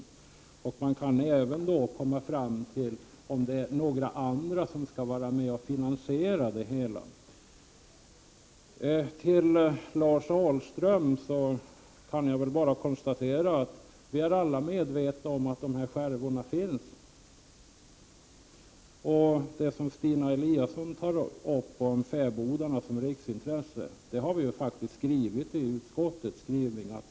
Det kan även bli fråga om att någon annan skall vara med och finansiera det hela. Till Lars Ahlström vill jag sedan säga att vi alla är medvetna om att dessa skärvor finns. Stina Eliasson säger att fäbodarna är ett riksintresse, och det har vi skrivit iutskottsbetänkandet.